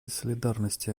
солидарности